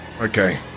Okay